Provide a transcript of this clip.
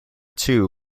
two